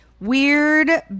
Weird